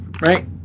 right